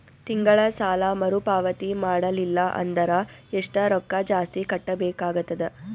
ತಿಂಗಳ ಸಾಲಾ ಮರು ಪಾವತಿ ಮಾಡಲಿಲ್ಲ ಅಂದರ ಎಷ್ಟ ರೊಕ್ಕ ಜಾಸ್ತಿ ಕಟ್ಟಬೇಕಾಗತದ?